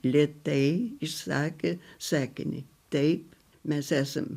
lėtai išsakė sakinį taip mes esam